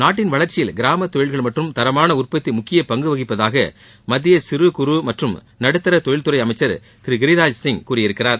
நாட்டின் வளர்ச்சியில் கிராம தொழில்கள் மற்றும் தரமான உற்பத்தி முக்கிய பங்கு வகிப்பதாக மத்திய சிறு குறு மற்றும் நடுத்தர தொழில் துறை அமைச்சர் திரு கிரிராஜ் சிங் கூறியிருக்கிறார்